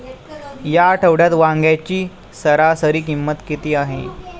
या आठवड्यात वांग्याची सरासरी किंमत किती आहे?